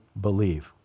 believe